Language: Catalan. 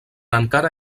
encara